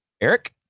Eric